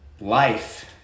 life